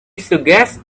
suggested